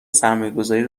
سرمایهگذاری